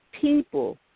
people